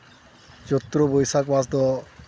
ᱪᱳᱛᱛᱨᱚ ᱵᱟᱹᱭᱥᱟᱹᱠᱷ ᱢᱟᱥ ᱫᱚ